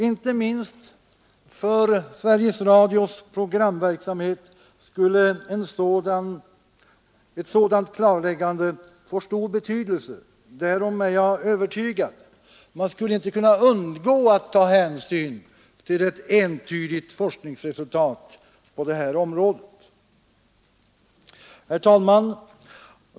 Inte minst för Sveriges Radios programverksamhet skulle ett sådant klarläggande få stor betydelse, därom är jag övertygad. Man skulle inte kunna undgå att ta hänsyn till ett entydigt forskningsresultat på det området. Herr talman!